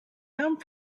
come